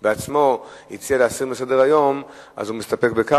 עצמו הציע להוריד מסדר-היום, הוא מסתפק בכך.